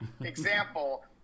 Example